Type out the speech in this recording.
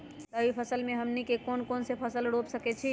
रबी फसल में हमनी के कौन कौन से फसल रूप सकैछि?